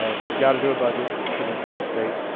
ah they've got to do a budget for the entire state.